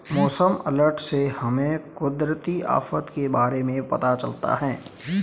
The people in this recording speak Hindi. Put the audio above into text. मौसम अलर्ट से हमें कुदरती आफत के बारे में पता चलता है